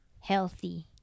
healthy